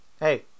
Hey